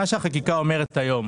מה שהחקיקה אומרת היום,